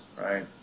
right